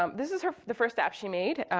um this is the first app she made.